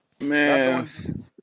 Man